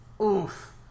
Oof